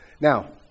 Now